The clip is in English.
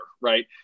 right